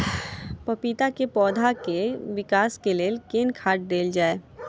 पपीता केँ पौधा केँ विकास केँ लेल केँ खाद देल जाए?